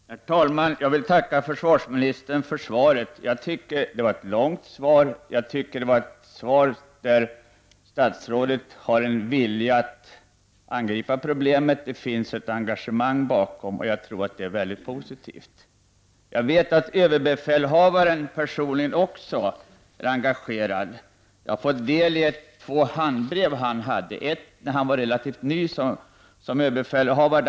Herr talman! Jag vill tacka försvarsministern för svaret. Det var ett långt svar. Det var ett svar där statsrådet visade en vilja att angripa problemet och ett engagemang, och jag tycker att det är positivt. Jag vet att även överbefälhavaren är personligen engagerad. Jag har fått ta del av två brev som han har skrivit. Ett är från när han var relativt ny som överbefälhavare.